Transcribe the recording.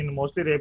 mostly